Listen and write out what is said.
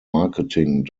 marketing